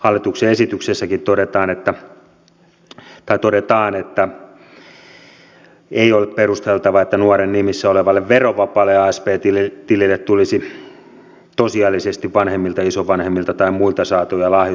hallituksen esityksessäkin todetaan että ei ole perusteltavissa että nuoren nimissä olevalle verovapaalle asp tilille tulisi tosiasiallisesti vanhemmilta isovanhemmilta tai muilta saatuja lahjoitusvaroja